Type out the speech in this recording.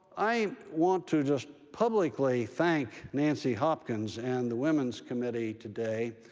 i want to just publicly thank nancy hopkins and the women's committee today.